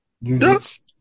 Yes